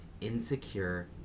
insecure